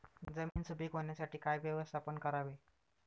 जमीन सुपीक होण्यासाठी काय व्यवस्थापन करावे?